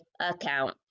account